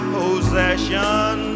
possession